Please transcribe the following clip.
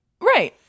right